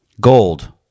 Gold